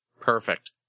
Perfect